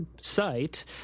site